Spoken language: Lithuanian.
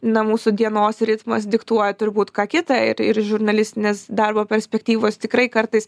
na mūsų dienos ritmas diktuoja turbūt ką kita ir ir žurnalistinės darbo perspektyvos tikrai kartais